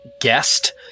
guest